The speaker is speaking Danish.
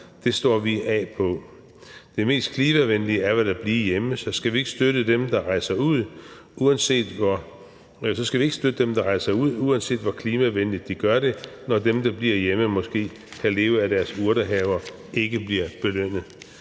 frem, står vi af på. Det mest klimavenlige er vel at blive hjemme, så skal vi ikke støtte dem, der rejser ud, uanset hvor klimavenligt de gør det, når dem, der bliver hjemme og måske kan leve af deres urtehave i år, ikke bliver belønnet?